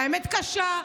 האמת קשה.